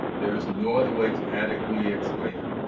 there is no other way to adequately explain it.